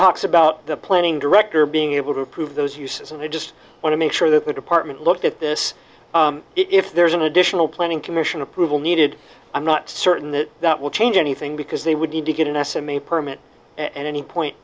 talks about the planning director being able to approve those uses and i just want to make sure that the department looked at this if there's an additional planning commission approval needed i'm not certain that that will change anything because they would need to get an estimate permit and any point